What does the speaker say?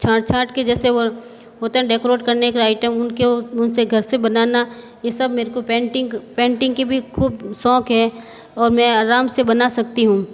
छांट छांट के जैसे वह होते हैं डेकोरेट करने का आइटम उनके उनसे घर से बनाना यह सब मेरे को पेंटिंग पेंटिंग की भी खूब शौक़ है और मैं आराम से बना सकती हूँ